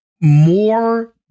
more